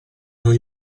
non